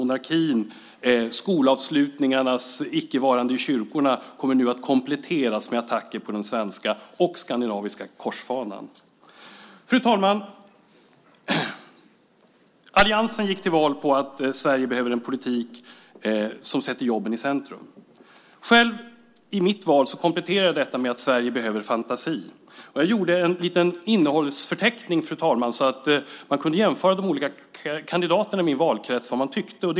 Debatten om skolavslutningarnas icke-varande i kyrkorna kommer nu att kompletteras med attacker på den svenska och skandinaviska korsfanan. Fru talman! Alliansen gick till val på att Sverige behöver en politik som sätter jobben i centrum. Själv kompletterade jag detta med att Sverige behöver fantasi. Jag gjorde en liten innehållsförteckning så att man kunde jämföra vad de olika kandidaterna i min valkrets tyckte.